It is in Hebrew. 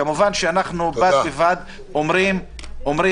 כמובן שבד בבד אנחנו אומרים,